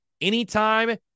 anytime